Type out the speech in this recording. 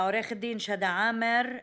עורכת דין שדא עאמר,